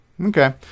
Okay